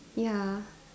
ya